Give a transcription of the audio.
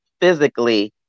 physically